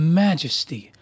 majesty